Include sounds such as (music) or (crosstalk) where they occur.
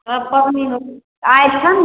पाबनि (unintelligible) आइ छैन